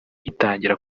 itangira